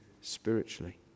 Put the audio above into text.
spiritually